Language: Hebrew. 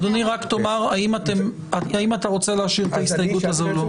אדוני רק תאמר האם אתה רוצה להשאיר את ההסתייגות הזו או לא?